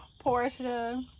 portia